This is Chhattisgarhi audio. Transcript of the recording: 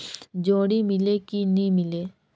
जोणी मीले कि नी मिले?